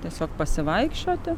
tiesiog pasivaikščioti